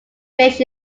fish